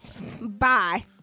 Bye